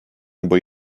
nebo